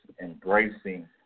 embracing